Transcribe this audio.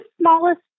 smallest